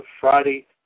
Friday